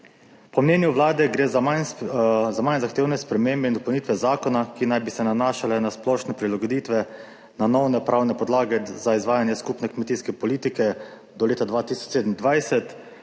Po mnenju Vlade gre za manj zahtevne spremembe in dopolnitve zakona, ki naj bi se nanašale na splošne prilagoditve, na nove pravne podlage za izvajanje skupne kmetijske politike do leta 2027.